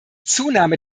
zunahme